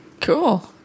cool